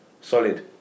Solid